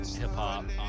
hip-hop